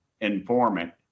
informant